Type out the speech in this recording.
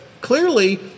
clearly